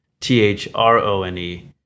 T-H-R-O-N-E